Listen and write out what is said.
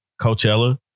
Coachella